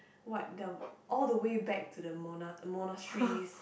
what the all the way back to the mona~ monasteries